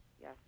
Yes